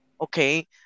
okay